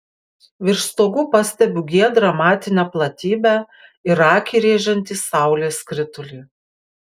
virš stogų pastebiu giedrą matinę platybę ir akį rėžiantį saulės skritulį